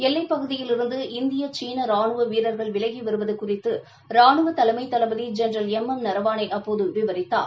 எல்லைப்பகுதியிலிருந்து இந்திய சீன ரானுவ வீரர்கள் விலகி வருவது குறித்து ரானுவ தலைமை தளபதி ஜெனரல் எம் எம் நரவாணே அப்போது விவரித்தார்